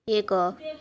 ଏକ